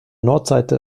nordseite